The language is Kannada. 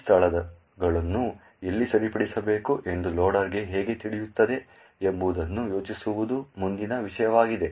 ಈ ಸ್ಥಳಗಳನ್ನು ಎಲ್ಲಿ ಸರಿಪಡಿಸಬೇಕು ಎಂದು ಲೋಡರ್ಗೆ ಹೇಗೆ ತಿಳಿಯುತ್ತದೆ ಎಂಬುದನ್ನು ಯೋಚಿಸುವುದು ಮುಂದಿನ ವಿಷಯವಾಗಿದೆ